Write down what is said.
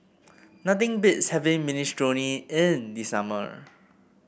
nothing beats having Minestrone in the summer